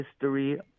history